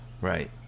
Right